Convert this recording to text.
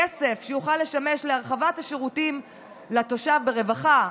כסף שיוכל לשמש להרחבת השירותים לתושב ברווחה,